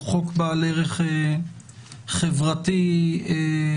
הוא חוק בעל ערך חברתי דרמטי.